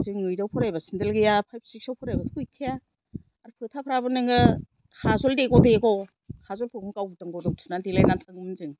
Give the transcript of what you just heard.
जों ओइटआव फरायबा सिन्देल गैया पाइब सिक्सआव फरायबाथ गैखाया आरो फोथाफ्राबो नोङो खाजल देग' देग' खाजलफोरखौनो गावदां गावदां देलायनानै थाङोमोन जों